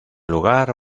lugar